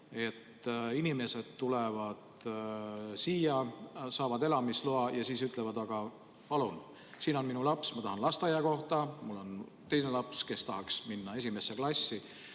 inimesed tulevad siia, saavad elamisloa ja siis ütlevad: aga palun, siin on minu laps, ma tahan lasteaiakohta, ja mul on teine laps, kes tahaks minna esimesse klassi.